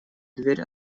дверь